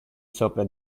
sopra